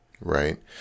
right